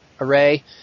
array